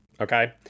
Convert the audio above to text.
okay